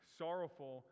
sorrowful